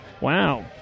wow